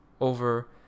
over